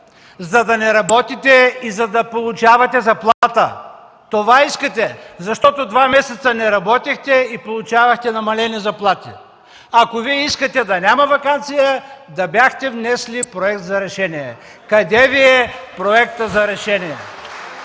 за да не работите и за да получавате заплата. Това искате! Два месеца не работихте и получавахте намалени заплати. Ако искахте да няма ваканция, да бяхте внесли проект за решение. Къде Ви е проектът за решение?